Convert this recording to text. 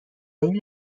این